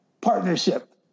partnership